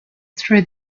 through